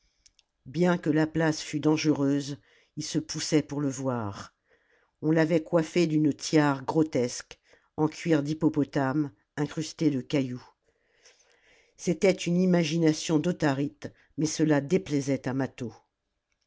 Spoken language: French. bien que la place fût dangereuse ils se poussaient pour le voir on l'avait coiffé d'une tiare grotesque en cuir d'hippopotame incrustée de cailloux c'était une imagination d'autharite mais cela déplaisait à mâtho